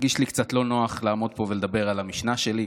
מרגיש לי קצת לא נוח לעמוד פה ולדבר על המשנה שלי.